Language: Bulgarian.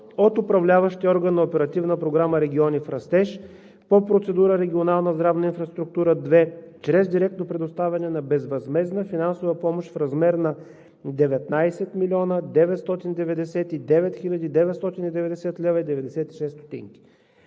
от управляващия орган на Оперативна програма „Региони в растеж“, по процедура „Регионална здравна инфраструктура – 2“, чрез директно предоставяне на безвъзмездна финансова помощ в размер на 19 млн. 999 хил. 990,96 лв.,